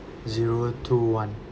zero two one